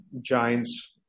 giants